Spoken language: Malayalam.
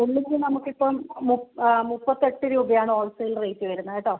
നമുക്കിപ്പം മുപ്പത്തെട്ട് രൂപയാണ് ഹോൾസെയിൽ റേറ്റ് വരുന്നത് ട്ടോ